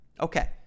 Okay